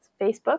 Facebook